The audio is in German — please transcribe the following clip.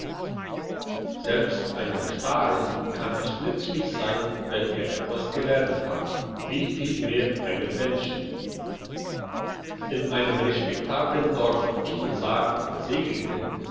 selbst einem staren kann es nützlich sein wenn er etwas gelernt hat wie viel mehr einem menschen in einem respektabeln dorf ich will sagen in segringen